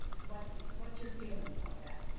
what's what's your feeling about that?